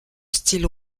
style